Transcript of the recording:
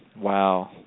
Wow